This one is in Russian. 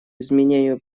изменению